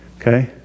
Okay